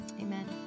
Amen